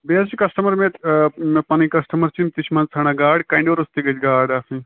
بیٚیہِ حظ چھ کَسٹمَر مےٚ مےٚ پَننۍ کسٹَمَر چھِ یِم تہِ چھِ مَنٛزٕ ژھانڈان گاڈ کنڈیٚو روستُے گژھِ گاڈ آسٕنۍ